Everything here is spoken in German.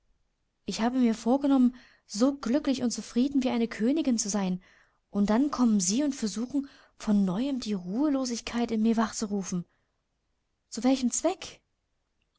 ich habe mir vorgenommen so glücklich und zufrieden wie eine königin zu sein und da kommen sie und versuchen von neuem die ruhelosigkeit in mir wachzurufen zu welchem zweck